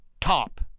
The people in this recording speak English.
top